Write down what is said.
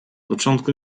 początku